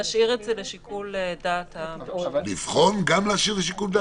נשאיר את זה לשיקול דעת --- לבחון גם להשאיר לשיקול דעת?